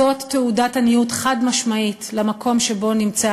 זאת תעודת עניות חד-משמעית למקום שבו נמצא